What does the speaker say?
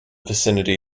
vicinity